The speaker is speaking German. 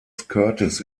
curtis